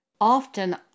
Often